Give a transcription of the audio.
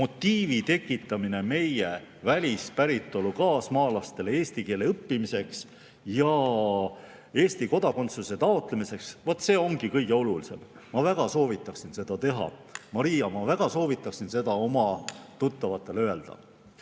motiivi tekitamine meie välispäritolu kaasmaalastele eesti keele õppimiseks ja Eesti kodakondsuse taotlemiseks –, vaat see ongi kõige olulisem. Ma väga soovitaksin seda teha. Maria, ma väga soovitaksin seda oma tuttavatele öelda.